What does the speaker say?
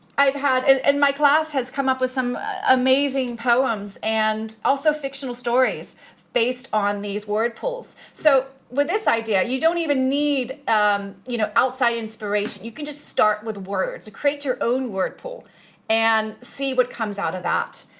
and my class has come up with some amazing poems, and also fictional stories based on these word pools. so, with this idea, you don't even need um you know outside inspiration, you can just start with words, create your own word pool and see what comes out of that.